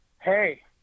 hey